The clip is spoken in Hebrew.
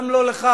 גם לא לך.